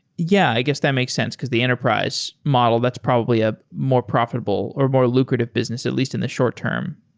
yeah, i guess that makes sense, because the enterprise model, that's probably a more profitable or more lucrative business at least in the short term.